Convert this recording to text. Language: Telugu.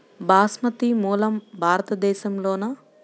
బాస్మతి మూలం భారతదేశంలోనా?